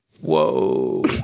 Whoa